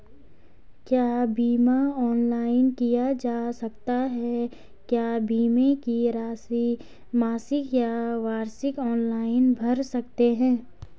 क्या बीमा ऑनलाइन किया जा सकता है क्या बीमे की राशि मासिक या वार्षिक ऑनलाइन भर सकते हैं?